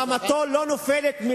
רמתו לא נופלת,